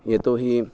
यतोऽहि